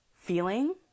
feeling